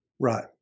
Right